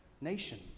nation